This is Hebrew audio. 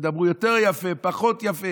ידברו יותר יפה או פחות יפה,